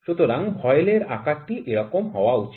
সুতরাং ভয়েলের আকারটি এরকম হওয়া উচিত